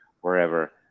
wherever